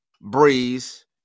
Breeze